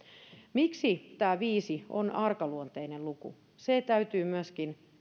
miksi tämä viisi on arkaluontoinen luku se täytyy myöskin